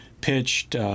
pitched